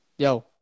Yo